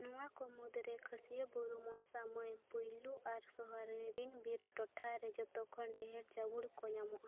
ᱱᱚᱣᱟ ᱠᱚ ᱢᱩᱫᱽᱨᱮ ᱠᱷᱟᱹᱥᱭᱟᱹ ᱵᱩᱨᱩ ᱢᱚᱱᱥᱟ ᱢᱟᱹᱭ ᱯᱳᱭᱞᱳ ᱟᱨ ᱥᱚᱦᱚᱨᱤᱭᱟᱹ ᱨᱮᱱ ᱵᱤᱨ ᱴᱚᱴᱷᱟ ᱨᱮ ᱡᱚᱛᱚᱠᱷᱚᱱ ᱰᱷᱮᱨ ᱡᱟᱹᱵᱩᱲ ᱠᱚ ᱧᱟᱢᱚᱜᱼᱟ